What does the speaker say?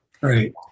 Right